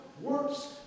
Works